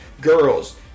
Girls